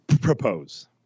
propose